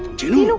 genie, you know